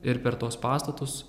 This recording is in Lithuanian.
ir per tuos pastatus